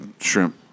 shrimp